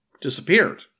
disappeared